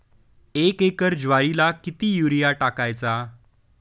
एक एकर ज्वारीला किती युरिया टाकायचा?